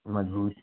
मज़बूत